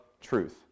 truth